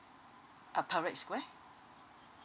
uh parade square